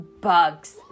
bugs